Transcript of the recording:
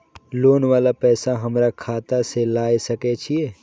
Loan वाला पैसा हमरा खाता से लाय सके छीये?